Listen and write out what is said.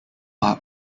art